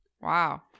Wow